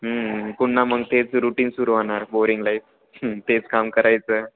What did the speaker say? पुन्हा मग तेच रुटीन सुरू होणार बोरिंग लाईफ तेच काम करायचं